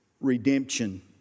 redemption